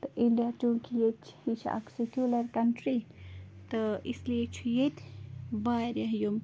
تہٕ اِنڈِیا چونکہِ ییٚتہِ چھِ یہِ چھِ اَکھ سیٚکولر کنٹرٛی تہٕ اِس لیے چھُ ییٛتہ وارِیاہ یِم